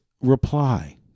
reply